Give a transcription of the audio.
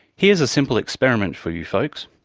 here's a simple experiment for you folks.